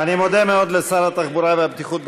אני מודה מאוד לשר התחבורה והבטיחות בדרכים,